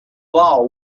vow